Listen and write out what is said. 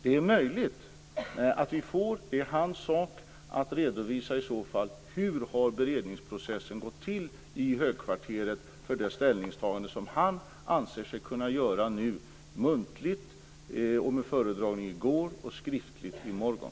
Det är möjligt att vi får ett svar. Det är i så fall hans sak att redovisa hur beredningsprocessen gått till i högkvarteret inför det ställningstagande som han anser sig kunna göra, muntligt genom en föredragning i går och skriftligt i morgon.